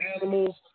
animals